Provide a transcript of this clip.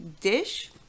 dish